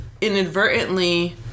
inadvertently